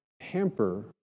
hamper